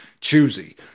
choosy